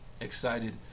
excited